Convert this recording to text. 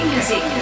Music